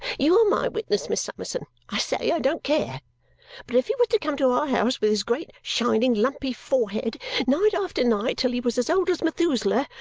you are my witness, miss summerson, i say i don't care but if he was to come to our house with his great, shining, lumpy forehead night after night till he was as old as methuselah,